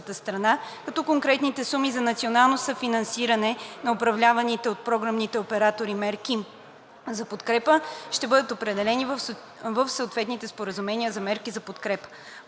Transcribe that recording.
като конкретните суми за национално съфинансиране на управляваните от програмните оператори мерки за подкрепа ще бъдат определени в съответните споразумения за мерки за подкрепа.